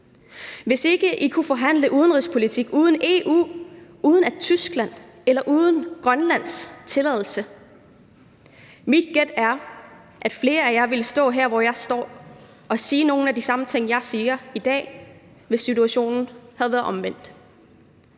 hvis ikke I kunne forhandle udenrigspolitik uden EU's, uden Tysklands eller Grønlands tilladelse. Mit gæt er, at flere af jer ville stå her, hvor jeg står, og sige nogle af de samme ting, som jeg siger i dag, hvis situationen havde været omvendt.